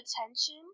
attention